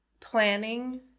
planning